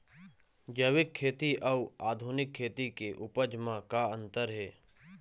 जैविक खेती अउ आधुनिक खेती के उपज म का अंतर हे?